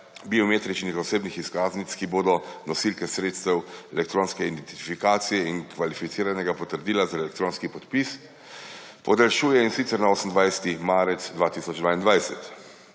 biometričnih osebnih izkaznic, ki bodo nosilke sredstev elektronske identifikacije in kvalificiranega potrdila za elektronski podpis, podaljšuje, in sicer na 28. marec 2022.